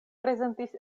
prezentis